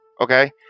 Okay